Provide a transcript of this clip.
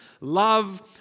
love